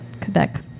Quebec